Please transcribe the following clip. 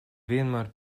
vienmēr